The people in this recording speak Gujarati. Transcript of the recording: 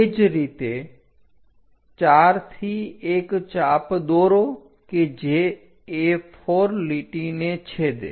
તે જ રીતે 4 થી એક ચાપ દોરો કે જે A4 લીટીને છેદે